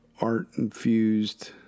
art-infused